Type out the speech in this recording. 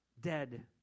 dead